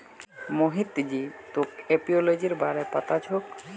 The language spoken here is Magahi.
मोहित जी तोक एपियोलॉजीर बारे पता छोक